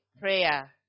prayer